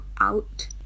out